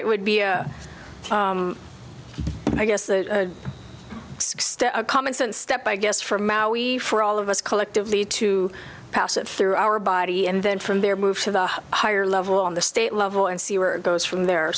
it would be a i guess a commonsense step i guess for maui for all of us collectively to pass it through our body and then from there move to the higher level on the state level and see where it goes from there